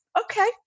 okay